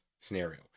scenario